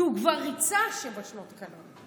כי הוא כבר ריצה שבע שנות קלון.